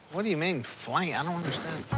what do you mean flank? i don't understand.